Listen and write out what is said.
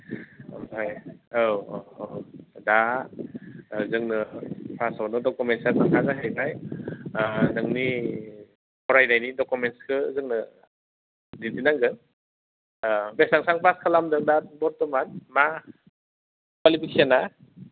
ओमफ्राय औ अ अ दा जोंनो फार्स्टआवनो डकुमेन्सआ नोंना जाहैबाय नोंनि फरायनायनि डकुमेन्सखौ जोंनो दिन्थिनांगोन बेसां पास खालामदों दा बर्थमान मा कुवालिफिकेसना